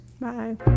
Bye